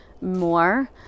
more